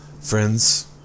Friends